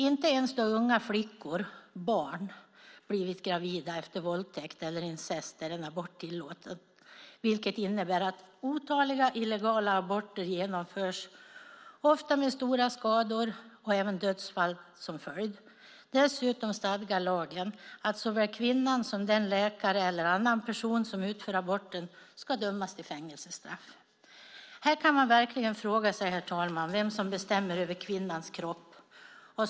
Inte ens då unga flickor - barn - blivit gravida efter våldtäkt eller incest är en abort tillåten. Det innebär att otaliga illegala aborter genomförs, ofta med stora skador och även dödsfall som följd. Dessutom stadgar lagen att såväl kvinnan som den läkare eller annan person som utför aborten ska dömas till fängelsestraff. Här kan man verkligen fråga sig, herr talman, vem som bestämmer över kvinnans kropp.